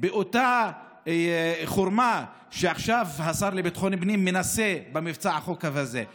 באותה חומרה שעכשיו השר לביטחון פנים מנסה במבצע חוק וסדר הזה.